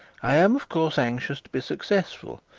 i am of course anxious to be successful.